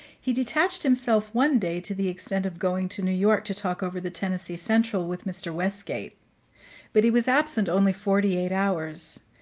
he detached himself one day to the extent of going to new york to talk over the tennessee central with mr. westgate but he was absent only forty-eight hours,